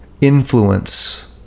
Influence